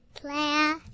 Claire